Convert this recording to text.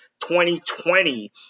2020